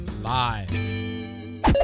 live